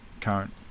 current